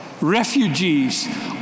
Refugees